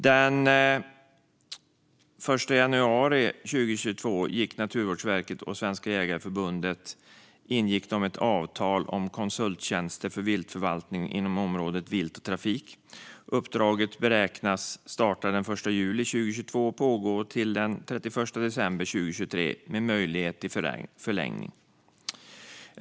Den 1 januari 2022 ingick Naturvårdsverket och Svenska Jägareförbundet ett avtal om konsulttjänster för viltförvaltning inom området vilt och trafik. Uppdraget beräknas starta den 1 juli 2022 och pågå till den 31 december 2023, med möjlighet till förlängning.